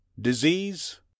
Disease